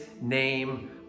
name